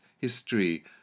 history